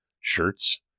shirts